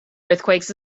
earthquakes